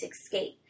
escape